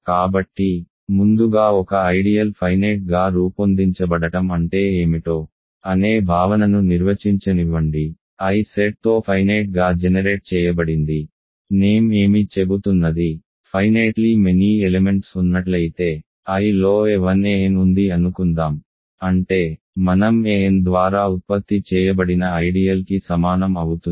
కాబట్టి ముందుగా ఒక ఐడియల్ ఫైనేట్ గా రూపొందించబడటం అంటే ఏమిటో అనే భావనను నిర్వచించనివ్వండి I సెట్తో ఫైనేట్ గా జెనెరేట్ చేయబడింది నేమ్ ఏమి చెబుతున్నది ఫైనేట్లీ మెనీ ఎలెమెంట్స్ ఉన్నట్లయితే Iలో a1 an ఉంది అనుకుందాం అంటే మనం an ద్వారా ఉత్పత్తి చేయబడిన ఐడియల్ కి సమానం అవుతుంది